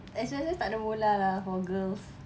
S_U_S_S takde bola lah for girls